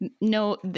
No